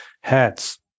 hats